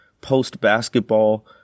post-basketball